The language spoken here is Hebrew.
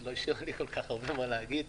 אז לא יישאר לי כל כך הרבה מה להגיד.